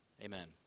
Amen